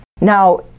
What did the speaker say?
now